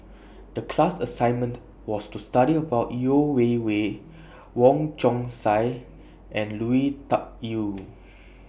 The class assignment was to study about Yeo Wei Wei Wong Chong Sai and Lui Tuck Yew